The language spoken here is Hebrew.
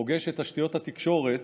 פוגש את תשתיות התקשורת,